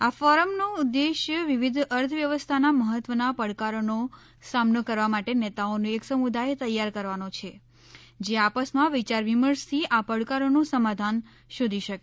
આ ફોરમનો ઉદ્દેશ્ય વિવિધ અર્થવ્યવસ્થાના મહત્વના પડકારોનો સામનો કરવા માટે નેતાઓનું એક સમુદાય તૈયાર કરવાનો છે જે આપસમાં વિચારવિમર્શથી આ પડકારોનો સમાધાન શોધી શકે